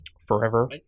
Forever